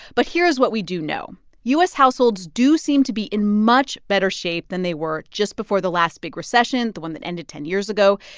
but here's what we do know. u s. households do seem to be in much better shape than they were just before the last big recession, the one that ended ten years ago.